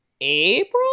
April